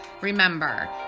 Remember